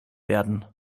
werden